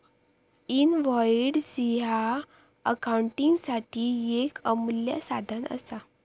invoice ह्या अकाउंटिंगसाठी येक अमूल्य साधन असा